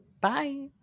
Bye